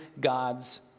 God's